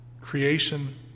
Creation